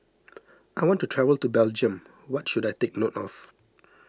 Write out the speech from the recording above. I want to travel to Belgium what should I take note of